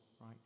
right